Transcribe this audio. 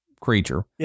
creature